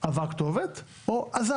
יש עבר כתובת או עזב